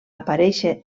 aparèixer